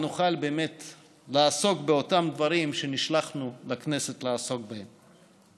ונוכל באמת לעסוק באותם דברים שנשלחנו לכנסת לעסוק בהם.